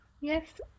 Yes